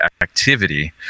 activity